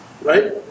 right